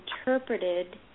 interpreted